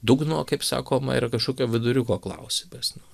dugno kaip sakoma ir kažkokio viduriuko klausimas nu